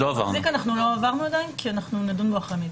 "המחזיק" לא עברנו עדיין כי נדון בו אחרי "מידע".